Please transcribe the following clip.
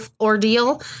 ordeal